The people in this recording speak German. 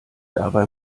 dabei